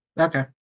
okay